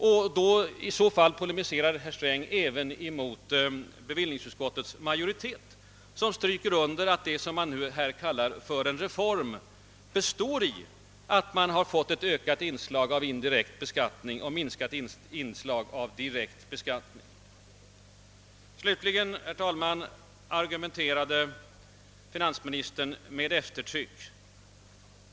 Det innebär att herr Sträng också polemiserade emot bevillningsutskottets majoritet, som uttryckligen framhåller att det man kallar en »reform av beskattningen» består i att vi fått ett ökat inslag av indirekt och ett minskat inslag av direkt skatt. Slutligen, herr talman, argumenterade finansministern med eftertryck mot en skattereform över huvud.